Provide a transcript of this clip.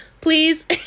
please